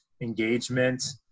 engagement